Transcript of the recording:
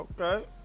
Okay